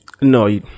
No